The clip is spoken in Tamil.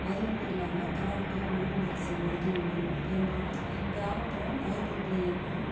அது மட்டும் இல்லாமல் தாலுக்கா மாநில அரசு மருத்துவமனையில் பெரும்பாலும் கிராமப்புரம் நகரப்புரத்தில் இருக்கும்